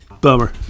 Bummer